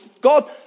God